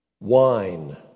wine